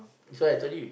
so actually we